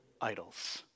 idols